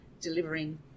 delivering